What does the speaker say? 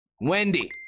Wendy